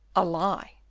a lie.